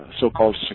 so-called